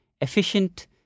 efficient